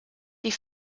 die